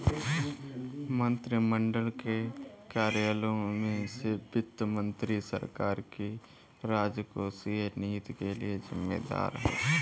मंत्रिमंडल के कार्यालयों में से वित्त मंत्री सरकार की राजकोषीय नीति के लिए जिम्मेदार है